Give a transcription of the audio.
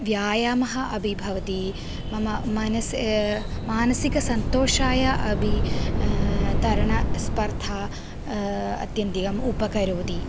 व्यायामः अपि भवति मम मनसि मानसिकसन्तोषाय अपि तरणस्पर्धा आत्यन्तिकम् उपकरोति